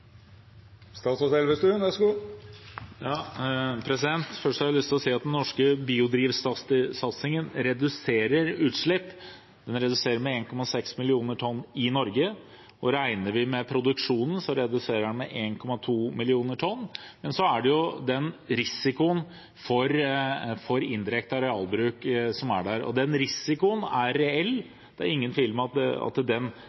har først lyst til å si at den norske biodrivstoffsatsingen reduserer utslipp. Den reduserer med 1,6 millioner tonn i Norge. Regner vi med produksjonen, reduserer den med 1,2 millioner tonn. Men så er det risikoen for indirekte arealbruk som er der, og den risikoen er reell. Det er ingen tvil om at den